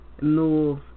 move